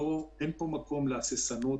אין פה מקום להססנות,